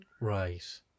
right